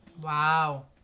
Wow